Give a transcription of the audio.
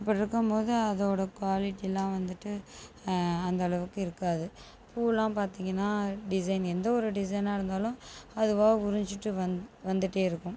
அப்படி இருக்கும் போது அதோடய குவாலிட்டிலாம் வந்துட்டு அந்தளவுக்கு இருக்காது பூலான் பார்த்திங்கன்னா டிசைன் எந்த ஒரு டிசைனா இருந்தாலும் அதுவாகா உறிஞ்சுட்டு வந் வந்துகிட்டே இருக்கும்